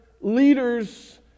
leaders